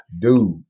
Dude